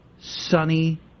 sunny